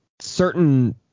certain